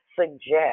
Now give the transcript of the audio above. suggest